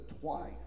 twice